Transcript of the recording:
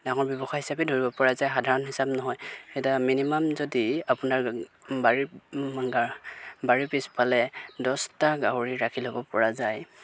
ডাঙৰ ব্যৱসায় হিচাপে ধৰিব পৰা যায় সাধাৰণ হিচাপ নহয় এতিয়া মিনিমাম যদি আপোনাৰ বাৰীৰ বাৰীৰ পিছপালে দহটা গাহৰি ৰাখি ল'ব পৰা যায়